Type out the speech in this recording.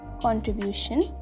contribution